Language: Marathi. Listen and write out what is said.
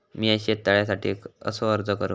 मीया शेत तळ्यासाठी कसो अर्ज करू?